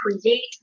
create